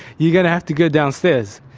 you're going to have to go downstairs.